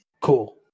Cool